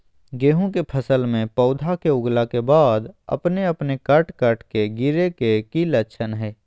गेहूं के फसल में पौधा के उगला के बाद अपने अपने कट कट के गिरे के की लक्षण हय?